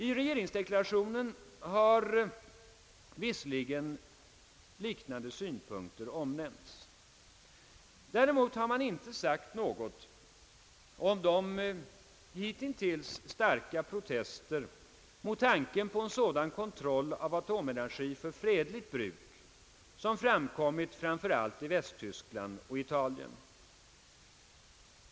I regeringsdeklarationen har visserligen dessa synpunkter omnämnts. Däremot har man inte sagt något om de starka protester mot tanken på en sådan kontroll av atomenergi för fredligt bruk som framkommit framför allt i Västtyskland och Italien.